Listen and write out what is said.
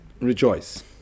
rejoice